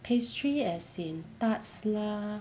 pastry as in tarts lah